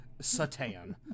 Satan